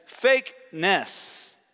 fakeness